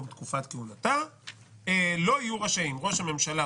תקופת כהונתה לא יהיו רשאים ראש הממשלה,